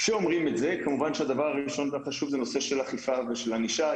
כשאומרים את זה כמובן שהדבר הראשון והחשוב זה נושא של אכיפה ושל ענישה,